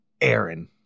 aaron